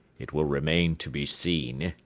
it will remain to be seen,